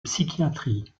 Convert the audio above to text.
psychiatrie